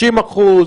50%?